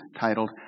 titled